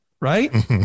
right